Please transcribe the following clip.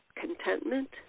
contentment